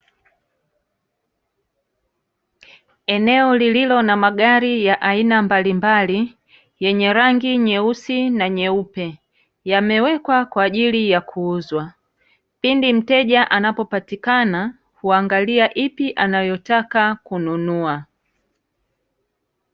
Eneo lililo na magari ya aina mbalimbali yenye rangi nyeusi na nyeupe yamewekwa kwa ajili ya kuuzwa. Pindi mteja anapopatikana, huangalia ipi anayotaka kununua.